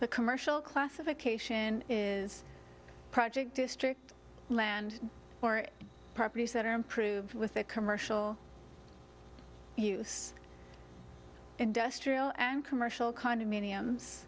the commercial classification is project district land or properties that are improved with the commercial use industrial and commercial condominiums